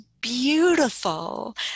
beautiful